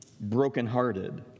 brokenhearted